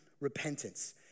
repentance